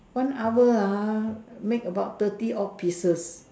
one hour ah make about thirty odd pieces